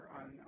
on